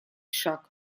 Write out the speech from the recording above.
шаг